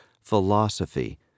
philosophy